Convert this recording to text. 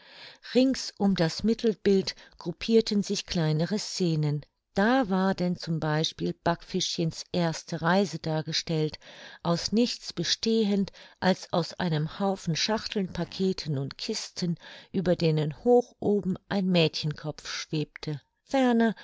rings um das mittelbild gruppirten sich kleinere scenen da war denn z b backfischchens erste reise dargestellt aus nichts bestehend als aus einem haufen schachteln packeten und kisten über denen hoch oben ein mädchenkopf schwebte ferner